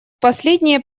последние